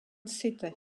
city